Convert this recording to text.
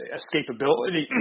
escapability